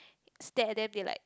stare at them they like